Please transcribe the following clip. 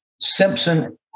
Simpson